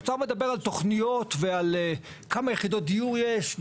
האוצר מדבר על תוכניות ועל כמה יחידות דיור יש,